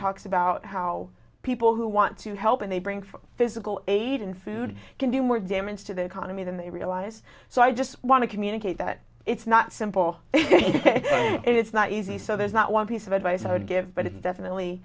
talks about how people who want to help and they bring some physical aid and food can do more damage to the economy than they realize so i just want to communicate that it's not simple it's not easy so there's not one piece of advice i would give but it's definitely